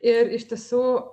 ir iš tiesų